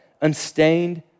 unstained